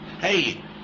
Hey